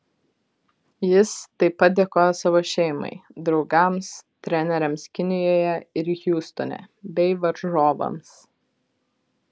jis taip pat dėkojo savo šeimai draugams treneriams kinijoje ir hjustone bei varžovams